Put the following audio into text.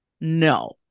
No